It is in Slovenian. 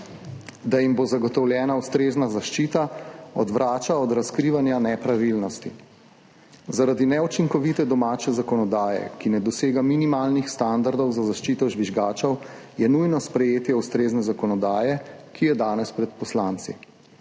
da jim bo zagotovljena ustrezna zaščita, odvrača od razkrivanja nepravilnosti. Zaradi neučinkovite domače zakonodaje, ki ne dosega minimalnih standardov za zaščito žvižgačev, je nujno sprejetje ustrezne zakonodaje, ki je danes pred poslanci.